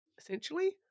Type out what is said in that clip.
essentially